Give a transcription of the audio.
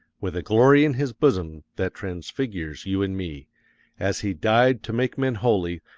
with a glory in his bosom that transfigures you and me as he died to make men holy,